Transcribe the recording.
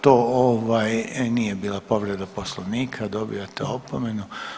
To ovaj nije bila povreda Poslovnika, dobivate opomenu.